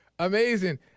Amazing